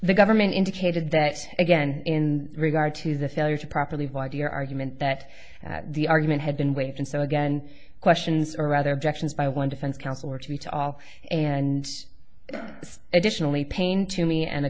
the government indicated that again in regard to the failure to properly watch your argument that the argument had been waived and so again questions or other objections by one defense counsel were to be to all and additionally pain to me and the